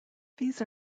these